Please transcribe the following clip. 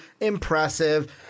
impressive